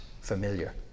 familiar